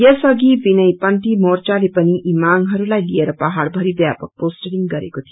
यस अघि विनय पंथी मोर्चाले पनि यी मांगहरूलाई लिएर पहाउ भरिव्यापक पोष्टरिंग गरेको थियो